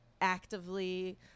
actively